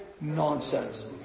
nonsense